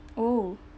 oh